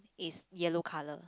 is yellow colour